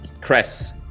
Chris